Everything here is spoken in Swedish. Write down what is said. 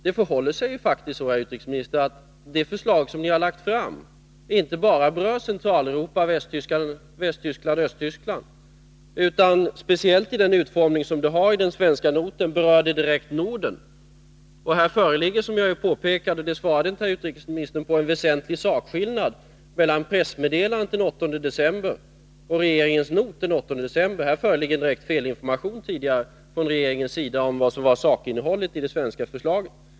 Det förhåller sig faktiskt så, herr utrikesminister, att det förslag som ni har lagt fram inte berör bara Centraleuropa, Västtyskland och Östtyskland, utan också — speciellt med tanke på den svenska notens utformning — direkt Norden. Här föreligger — jag har redan påpekat det, men utrikesministern har inte gett något svar — en väsentlig sakskillnad mellan pressmeddelandet den 8 december och rege ringens not den 8 december. Här föreligger sedan tidigare en direkt felinformation från regeringens sida om vad som var sakinnehållet i det svenska förslaget.